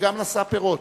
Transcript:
שגם נשא פירות.